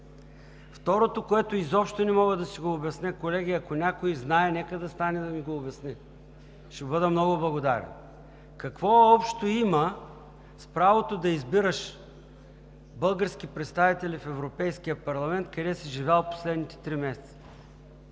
Второто, което изобщо не мога да си го обясня, колеги, ако някой знае, нека да стане да ми го обясни, ще бъда благодарен – какво общо има правото да избираш български представители в Европейския парламент с това къде си живял последните три месеца?